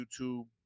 YouTube